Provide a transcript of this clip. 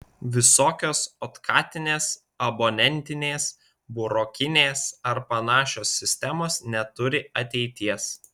visokios otkatinės abonentinės burokinės ar panašios sistemos neturi ateities